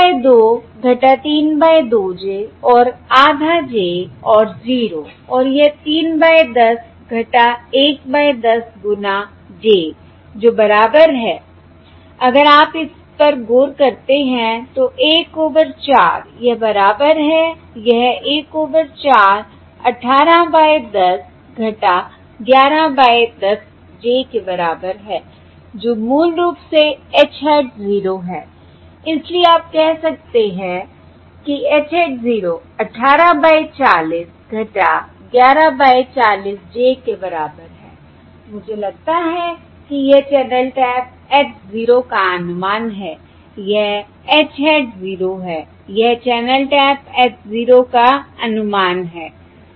तो यह 3 by 2 3 by 2 j और आधा j और 0 और यह 3 बाय 10 1 बाय 10 गुना j जो बराबर है अगर आप इस पर गौर करते हैं तो 1 ओवर 4 यह बराबर है यह 1 ओवर 4 18 बाय 10 11 बाय 10 j के बराबर है जो मूल रूप से h hat 0 है इसलिए आप कह सकते हैं कि h hat 0 18 by 40 11 by 40 j के बराबर है मुझे लगता है कि यह चैनल टैप h 0 का अनुमान है यह h hat 0 है यह चैनल टैप h 0 का अनुमान है